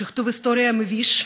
שכתוב היסטוריה מביש,